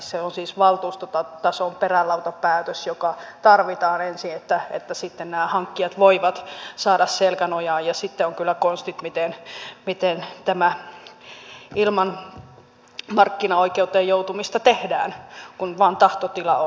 se on siis valtuustotason perälautapäätös joka tarvitaan ensin että sitten nämä hankkijat voivat saada selkänojaa ja sitten on kyllä konstit miten tämä ilman markkinaoikeuteen joutumista tehdään kun vain tahtotila on